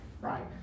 Right